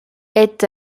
est